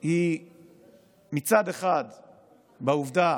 היא מצד אחד בעובדה